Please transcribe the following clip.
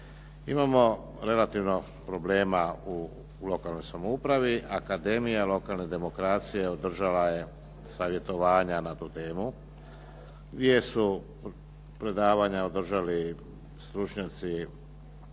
Imamo relativno problema u lokalnoj samoupravi, akademija, lokalna demokracija održala je savjetovanja na tu temu. Dva su predavanja održali stručnjaci